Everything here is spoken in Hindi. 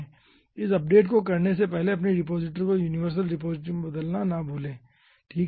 इस अपडेशन को करने से पहले अपने रिपॉजिटरी को यूनिवर्सल रिपॉजिटरी में बदलना न भूलें ठीक है